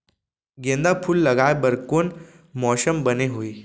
गेंदा फूल लगाए बर कोन मौसम बने होही?